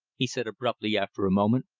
he said abruptly after a moment,